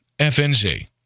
FNZ